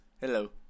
hello